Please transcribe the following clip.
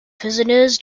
prisoners